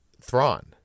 Thrawn